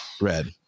red